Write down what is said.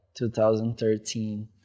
2013